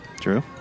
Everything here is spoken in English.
True